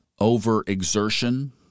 overexertion